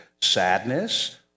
sadness